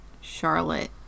Charlotte